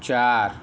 चार